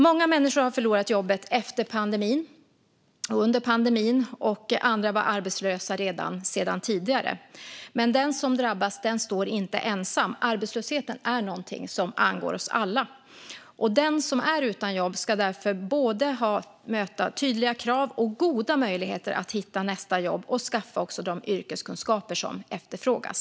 Många människor har förlorat jobbet under och efter pandemin. Andra var arbetslösa redan sedan tidigare. Men den som drabbas står inte ensam. Arbetslösheten är någonting som angår oss alla, och den som är utan jobb ska därför både möta tydliga krav och goda möjligheter att hitta nästa jobb och även skaffa de yrkeskunskaper som efterfrågas.